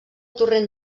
torrent